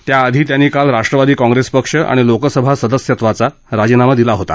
त्याआधी त्यांनी काल राष्ट्रवादी काँप्रेस पक्ष आणि लोकसभा सदस्यत्वाचा राजीनामा दिला होता